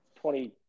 Twenty